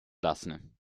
lassen